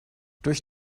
durch